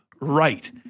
right